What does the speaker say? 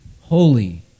holy